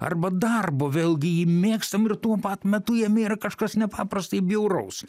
arba darbo vėlgi jį mėgstam ir tuo pat metu jame yra kažkas nepaprastai bjauraus